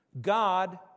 God